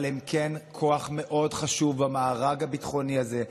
אבל הם כן כוח מאוד חשוב במארג הביטחוני הזה,